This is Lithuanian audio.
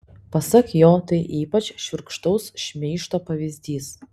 pasak jo tai ypač šiurkštaus šmeižto pavyzdys